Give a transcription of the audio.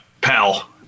pal